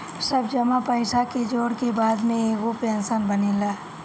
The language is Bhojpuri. सब जमा पईसा के जोड़ के बाद में एगो पेंशन बनेला